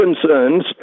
concerns